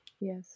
yes